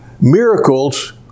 miracles